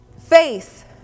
Faith